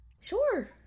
Sure